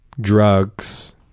drugs